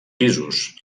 pisos